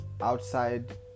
outside